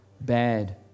bad